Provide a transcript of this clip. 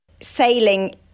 Sailing